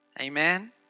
Amen